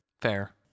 Fair